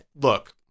look